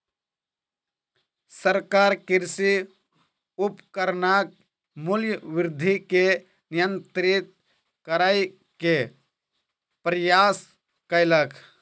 सरकार कृषि उपकरणक मूल्य वृद्धि के नियंत्रित करै के प्रयास कयलक